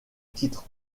titre